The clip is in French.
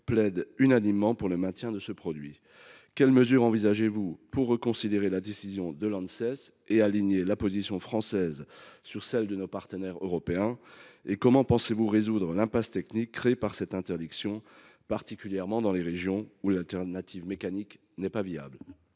plaide unanimement pour le maintien de ce produit. Madame la ministre, allez vous aller contre la décision de l’Anses et aligner la position française sur celle de nos partenaires européens ? Par ailleurs, comment pensez vous résoudre l’impasse technique créée par cette interdiction, particulièrement dans les régions où l’alternative mécanique n’est pas viable ?